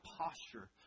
posture